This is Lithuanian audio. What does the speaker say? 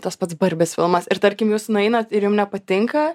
tas pats barbės filmas ir tarkim jūs nueinat ir jum nepatinka